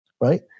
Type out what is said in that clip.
Right